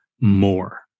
more